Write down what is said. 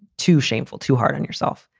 too shameful, too hard on yourself.